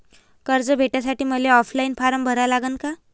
कर्ज भेटासाठी मले ऑफलाईन फारम भरा लागन का?